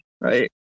Right